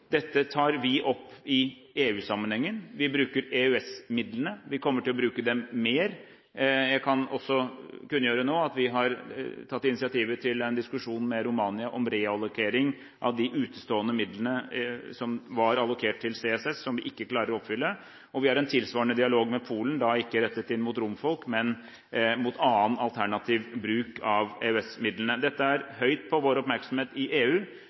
Dette tar vi opp i EU-sammenheng. Vi bruker EØS-midlene, og vi kommer til å bruke dem mer. Jeg kan også kunngjøre nå at vi har tatt initiativet til en diskusjon med Romania om reallokering av de utestående midlene som var allokert til CCS, som vi ikke klarer å oppfylle. Vi har en tilsvarende dialog med Polen, men den er da ikke rettet inn mot romfolk, men mot annen alternativ bruk av EØS-midlene. Dette er høyt på vår oppmerksomhet i EU,